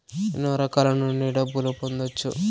ఎన్నో రకాల నుండి డబ్బులు పొందొచ్చు